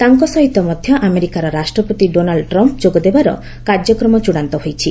ତାଙ୍କସହିତ ମଧ୍ୟ ଆମେରିକାର ରାଷ୍ଟ୍ରପତି ଡୋନାଲ୍ଚ ଟ୍ରମ୍ପ ଯୋଗଦେବାର କାର୍ଯ୍ୟକ୍ରମ ଚୂଡାନ୍ତ ହୋଇଛି